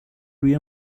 روی